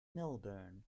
melbourne